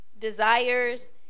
desires